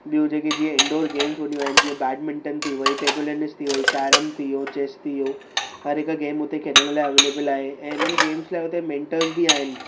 ॿियूं जेके जीअं इंडोर गेम्स हूंदि यूं आहिनि जीअं बेडबिन्टन थी वई टेबल टेनिस थी वई कैरम थी वियो चेस थी वियो हर हिकु गेम हुते खेॾणु लाइ अवेलेबल आहे ऐं हिननि गेम्स लाइ हुते मेंटर्स बि आहिनि